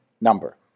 number